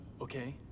okay